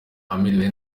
amerewe